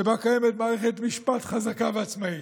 שבה קיימת מערכת משפט חזקה ועצמאית.